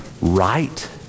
right